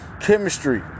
chemistry